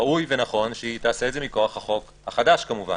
ראוי ונכון שהיא תעשה את זה מכוח החוק החדש כמובן.